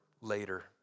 later